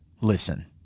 Listen